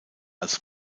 als